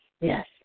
Yes